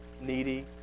needy